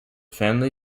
family